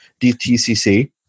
DTCC